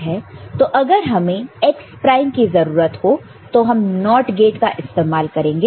तो अगर हमें x प्राइम की जरूरत हो तो हम NOT गेट का इस्तेमाल करेंगे